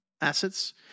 assets